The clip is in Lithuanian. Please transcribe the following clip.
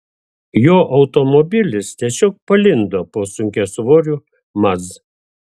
jo automobilis tiesiog palindo po sunkiasvoriu maz